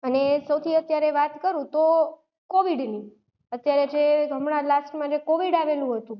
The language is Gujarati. અને સૌથી આત્યારે વાત કરું તો કોવિડની અત્યારે જે હમણાં લાસ્ટમાં જે કોવિડ આવેલું હતું